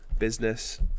business